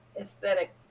Aesthetic